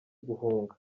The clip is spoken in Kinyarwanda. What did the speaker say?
guhunga